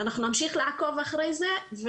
אנחנו נמשיך לעקוב אחרי זה.